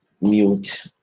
mute